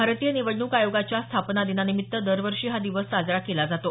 भारतीय निवडणूक आयोगाच्या स्थापना दिनानिमित्त दरवर्षी हा दिवस साजरा केला जातो